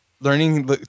Learning